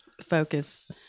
focus